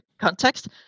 context